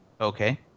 Okay